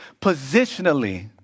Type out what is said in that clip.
positionally